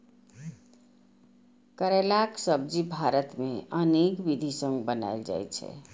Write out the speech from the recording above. करैलाक सब्जी भारत मे अनेक विधि सं बनाएल जाइ छै